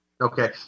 okay